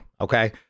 Okay